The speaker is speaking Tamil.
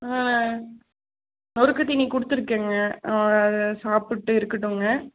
ஆ நொறுக்கு தீனி கொடுத்துருக்கேங்க அதை சாப்பிட்டு இருக்கட்டுங்க